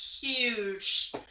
huge